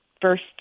first